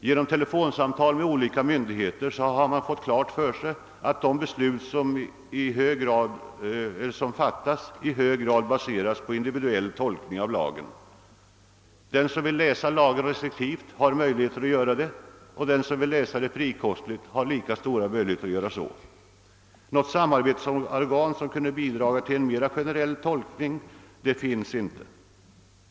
Genom: telefonsamtal med olika myndigheter har klart framgått, att de beslut som fattas i hög grad baseras på individuell tolkning av lagen. »Den som vill läsa lagen restriktivt kan göra det, den som vill läsa den frikostigt kan göra det.» Något samarbetsorgan, som kunde bidraga till en mera enhetlig tillämpning finns inte.